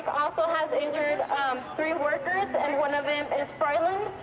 also has injured three workers, and one of them is froilan.